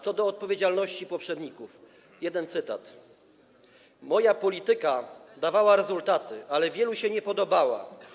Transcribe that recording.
Co do odpowiedzialności poprzedników jeden cytat: Moja polityka dawała rezultaty, ale wielu się nie podobała.